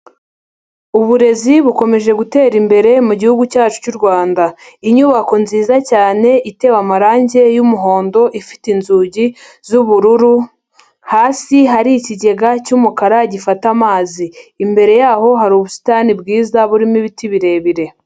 Uburezi bukomeje gutera imbere mu gihugu cyacu cy'u Rwanda, inyubako nziza cyane itewe amarange y'umuhondo ifite inzugi z'ubururu, hasi hari ikigega cy'umukara gifata amazi, imbere yaho hari ubusitani bwiza burimo ibiti birebire.